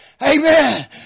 Amen